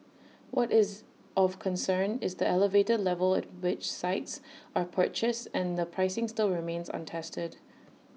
what is of concern is the elevated level at which sites are purchased and the pricing still remains untested